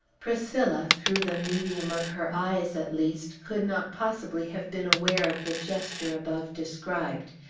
priscilla through the medium of her eyes, at least could not possibly have been aware of the gesture above described.